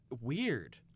weird